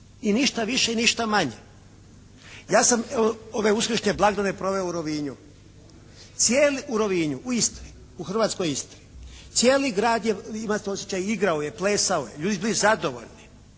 i ništa više i ništa manje. Ja sam evo Uskršnje blagdane proveo u Rovinju, u Istri, u hrvatskoj Istri. Cijeli grad, imate osjećaj igrao je, plesao je, ljudi su bili zadovoljni